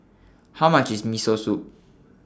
How much IS Miso Soup